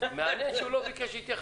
זה מתקשר גם להערה של איתי לגבי